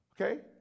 Okay